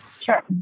Sure